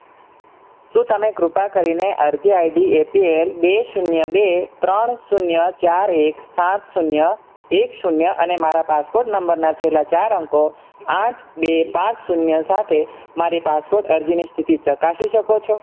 શું તમે કૃપા કરીને અરજી આઈડી એપીએલ બે શૂન્ય બે ત્રણ શૂન્ય ચાર એક સાત શૂન્ય એક શૂન્ય અને મારા પાસપોર્ટ નંબરના છેલ્લાં ચાર અંકો આઠ બે પાંચ શૂન્ય સાથે મારી પાસપોર્ટ અરજીની સ્થિતિ ચકાસી શકો છો